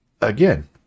again